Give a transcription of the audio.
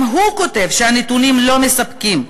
גם הוא כותב שהנתונים לא מספקים.